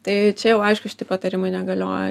tai čia jau aišku šiti patarimai negalioja